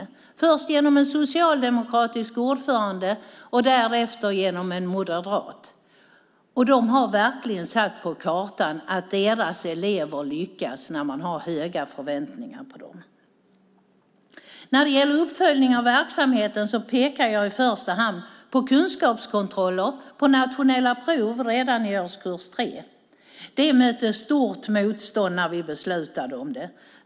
Det skedde först genom en socialdemokratisk ordförande och därefter genom en moderat. De har verkligen satt på kartan att deras elever lyckas när man har höga förväntningar på dem. När det gäller uppföljning av verksamheten pekar jag i första hand på kunskapskontroller och på nationella prov redan i årskurs 3. Det mötte stort motstånd när vi beslutade om det.